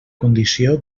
condició